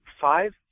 five